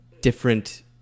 different